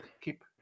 keep